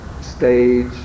stage